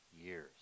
years